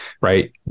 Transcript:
right